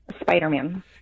Spider-Man